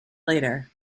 later